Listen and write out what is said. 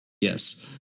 Yes